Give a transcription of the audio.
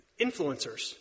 Influencers